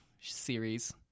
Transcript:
series